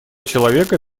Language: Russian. человека